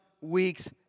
weeks